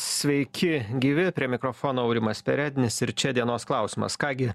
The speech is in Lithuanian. sveiki gyvi prie mikrofono aurimas perednis ir čia dienos klausimas ką gi